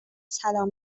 سلام